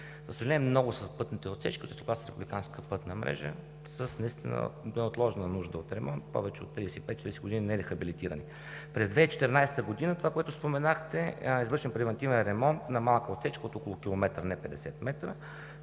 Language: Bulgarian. За съжаление, много са пътните отсечки от третокласната републиканска пътна мрежа с наистина неотложна нужда от ремонт, повече от 35 – 40 години нерехабилитирани. През 2014 г. това, което споменахте – завършен е превантивен ремонт на малка отсечка от около километър, не 50 метра!